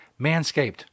Manscaped